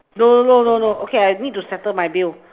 no no no no okay I need to settle my bill